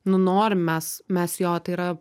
nu norim mes mes jo tai yra